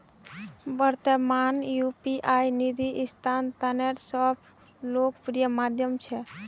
वर्त्तमानत यू.पी.आई निधि स्थानांतनेर सब स लोकप्रिय माध्यम छिके